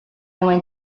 went